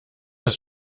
ist